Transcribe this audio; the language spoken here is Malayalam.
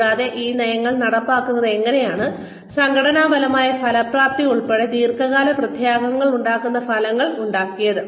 കൂടാതെ ഈ നയങ്ങൾ നടപ്പിലാക്കുന്നത് എങ്ങനെയാണ് സംഘടനാപരമായ ഫലപ്രാപ്തി ഉൾപ്പെടെ ദീർഘകാല പ്രത്യാഘാതങ്ങൾ ഉണ്ടാക്കുന്ന ഫലങ്ങൾ ഉണ്ടാക്കിയത്